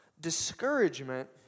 Discouragement